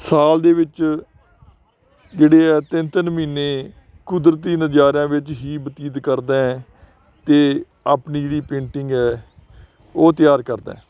ਸਾਲ ਦੇ ਵਿੱਚ ਜਿਹੜੇ ਆ ਤਿੰਨ ਤਿੰਨ ਮਹੀਨੇ ਕੁਦਰਤੀ ਨਜ਼ਾਰਿਆਂ ਵਿੱਚ ਹੀ ਬਤੀਤ ਕਰਦਾ ਅਤੇ ਆਪਣੀ ਜਿਹੜੀ ਪੇਂਟਿੰਗ ਹੈ ਉਹ ਤਿਆਰ ਕਰਦਾ